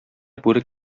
бүре